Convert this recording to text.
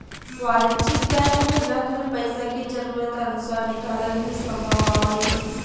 वाणिज्यिक बैंक में रखल पइसा के जरूरत अनुसार निकालल भी संभव बावे